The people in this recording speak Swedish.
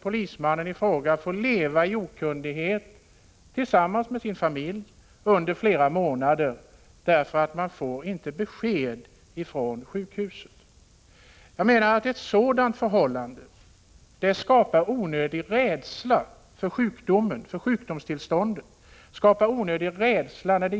Polismannen i fråga kan då tillsammans med sin familj få leva i ovisshet under flera månader utan att erhålla något besked från sjukhuset. Jag menar att ett sådant förhållande skapar onödig rädsla för sjukdomstillståndet och